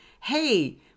Hey